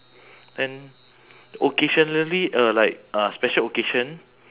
then occasionally uh like uh special occasion